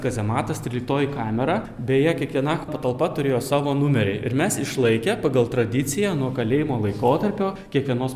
kazematas tryliktoji kamera beje kiekviena patalpa turėjo savo numerį ir mes išlaikę pagal tradiciją nuo kalėjimo laikotarpio kiekvienos